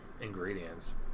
ingredients